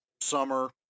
summer